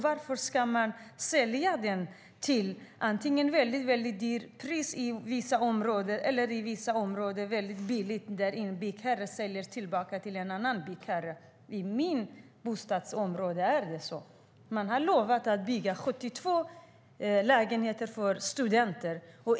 Varför ska man sälja den, antingen väldigt dyrt i vissa områden eller väldigt billigt i andra områden, där en byggherre kan sälja till en annan byggherre? I mitt bostadsområde är det så. Man har lovat att bygga 72 lägenheter för studenter.